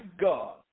God